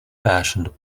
fashioned